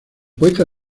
poeta